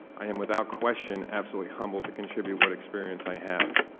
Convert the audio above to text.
i am without question absolutely humbled to contribute what experience i have.